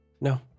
No